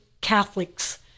Catholics